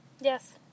Yes